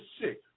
sick